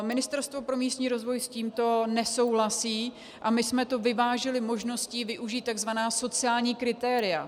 Ministerstvo pro místní rozvoj s tímto nesouhlasí a my jsme to vyvážili možností využít tzv. sociální kritéria.